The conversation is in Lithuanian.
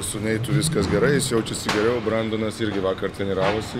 su neitu viskas gerai jis jaučiasi geriau brandonas irgi vakar treniravosi